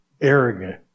arrogant